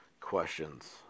questions